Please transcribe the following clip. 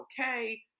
okay